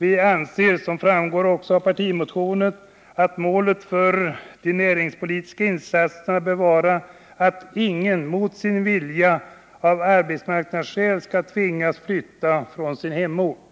Vi anser, vilket också framgår av partimotionen, att målet för de näringspolitiska insatserna bör vara att ingen mot sin vilja av arbetsmarknadsskäl skall tvingas flytta från sin hemort.